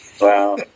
Wow